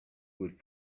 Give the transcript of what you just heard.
would